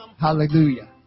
Hallelujah